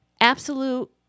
Absolute